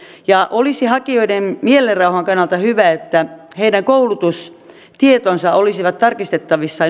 ja olisi hakijoiden mielenrauhan kannalta hyvä että heidän koulutustietonsa olisivat tarkistettavissa